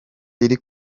iri